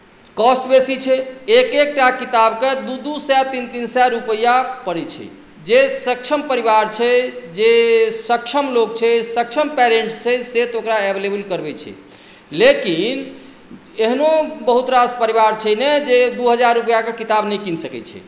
cost बेसी छै एक एक टा किताबके दू दू सए तीन तीन सए रुपैआ पड़ैत छै जे सक्षम परिवार छै जे सक्षम लोक छै सक्षम पेरेंट्स छै से तऽ ओकरा एवलेवल करबैत छै लेकिन एहनो बहुत रास परिवार छै ने जे दू हजार रुपैआके किताब नहि कीन सकैत छै